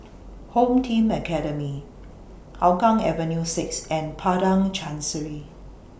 Home Team Academy Hougang Avenue six and Padang Chancery